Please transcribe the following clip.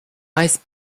ice